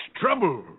trouble